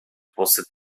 kłosy